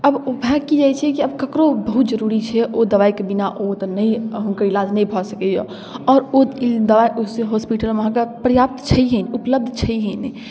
आब ओ भऽ कि जाइ छै आब ककरो बहुत जरूरी छै ओ दवाइके बिना ओ तऽ नहि हुनकर इलाज नहि भऽ सकैए आओर ओ ई दवाइ ओहिसँ हॉस्पिटलमे अहाँके पर्याप्त छैए नहि उपलब्ध छैए नहि